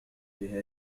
لهذه